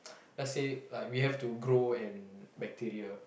let's say like we have to grow an bacteria